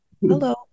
Hello